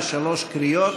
בקריאה שנייה.